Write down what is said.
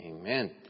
amen